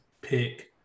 pick